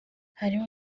harimo